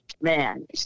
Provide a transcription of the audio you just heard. man